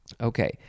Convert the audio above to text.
Okay